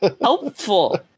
helpful